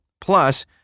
plus